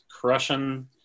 crushing